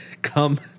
come